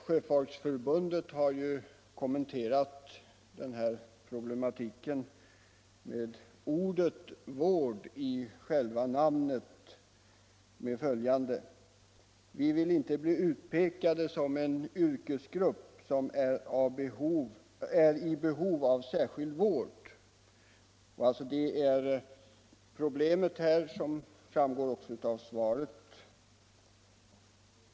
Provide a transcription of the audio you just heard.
Sjöfolksförbundet har ju kommenterat den här problematiken med or jet ”vård” i själva namnet på följande sätt: ”Vi vill inte bli utpekade som en yrkesgrupp som är i behov av särskild vård.” Detta är alltså problemet, som också framgår av svaret.